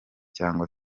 cyangwa